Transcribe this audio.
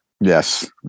Yes